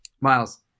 Miles